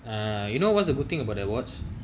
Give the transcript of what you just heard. uh you know what's a good thing about watch